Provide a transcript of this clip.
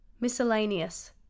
miscellaneous